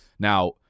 Now